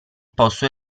posso